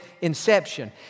inception